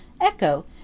Echo